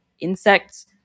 insects